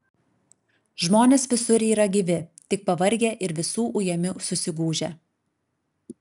žmonės visur yra gyvi tik pavargę ir visų ujami susigūžę